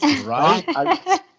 right